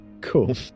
Cool